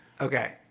Okay